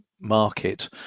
market